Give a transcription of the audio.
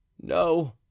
no